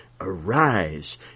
Arise